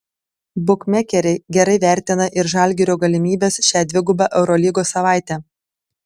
bukmekeriai gerai vertina ir žalgirio galimybes šią dvigubą eurolygos savaitę